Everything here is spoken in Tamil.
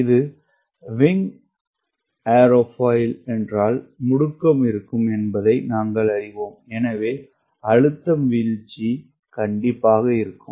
இது விங் ஏரோஃபாயில் என்றால் முடுக்கம் இருக்கும் என்பதை நாங்கள் அறிவோம் எனவே அழுத்தம் வீழ்ச்சி இருக்கும்